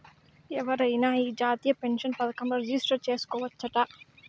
ఎవరైనా ఈ జాతీయ పెన్సన్ పదకంల రిజిస్టర్ చేసుకోవచ్చట